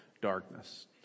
darkness